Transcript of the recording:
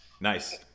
Nice